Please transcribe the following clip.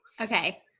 Okay